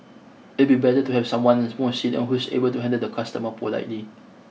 it'll be better to have someone as more senior who's able to handle the customer politely